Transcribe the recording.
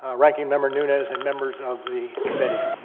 ah ranking member nunez and members of the committee